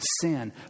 sin